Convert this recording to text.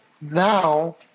now